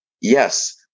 Yes